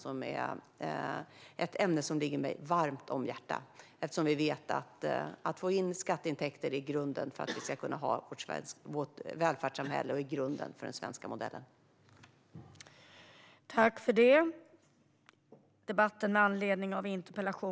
Det är ett ämne som ligger mig varmt om hjärtat eftersom vi vet att grunden för att vi ska kunna ha vårt välfärdssamhälle och grunden för den svenska modellen är att vi får in skatteintäkter.